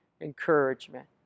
encouragement